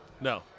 No